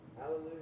Hallelujah